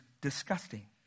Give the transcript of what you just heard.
disgusting